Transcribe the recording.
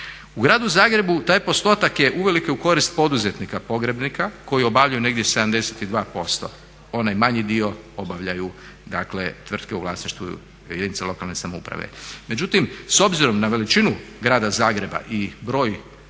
U Gradu Zagrebu taj postotak je uvelike u korist poduzetnika pogrebnika koji obavljaju negdje 72%, onaj manji dio obavljaju dakle tvrtke u vlasništvu jedinica lokalne samouprave. Međutim, s obzirom na veličinu Grada Zagreba i broj